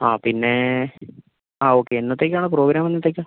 ആ പിന്നേ ആ ഓക്കെ എന്നത്തേക്കാണ് പ്രോഗ്രാം എന്നത്തേക്കാണ്